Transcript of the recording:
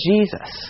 Jesus